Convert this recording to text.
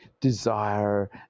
desire